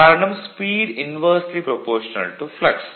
காரணம் speed inversely proportional to flux